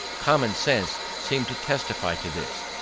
common sense seemed to testify to this,